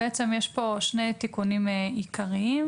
יש פה שני תיקונים עיקריים.